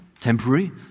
temporary